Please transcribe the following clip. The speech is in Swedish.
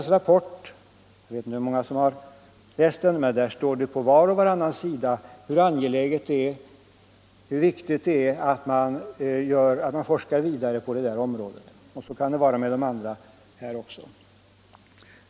I rapporten — jag vet inte om det är så många i riksdagen som har studerat den -— står det på var och varannan sida hur viktigt det är att man forskar vidare på detta område. Så kan det vara med de andra områdena också.